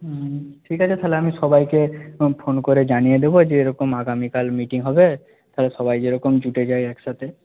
ঠিক আছে তাহলে আমি সবাইকে ফোন করে জানিয়ে দেবো যে এরকম আগামীকাল মিটিং হবে তাহলে সবাই যেরকম জুটে যায় একসাথে